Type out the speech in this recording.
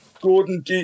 Gordon